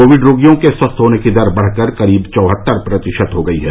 Covid रोगियों के स्वस्थ होने की दर बढकर करीब चौहत्तर प्रतिशत हो गई है